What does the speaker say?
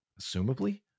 assumably